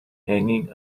hanging